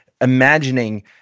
imagining